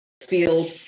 feel